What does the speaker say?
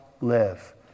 live